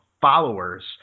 followers